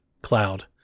cloud